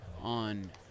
on